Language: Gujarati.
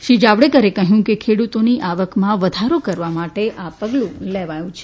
શ્રી જાવડેકરે કહ્યું કે ખેડૂતોની આવકમાં વધારો કરવા માટે આ પગલું લેવાયું છે